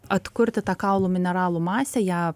atkurti tą kaulų mineralų masę ją